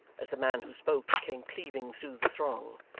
as the man who spoke came cleaving through the throng.